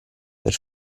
per